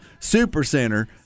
Supercenter